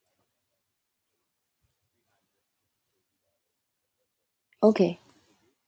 okay